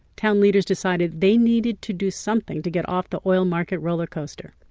town leaders decided they needed to do something to get off the oil market roller coaster.